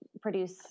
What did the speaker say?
produce